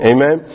Amen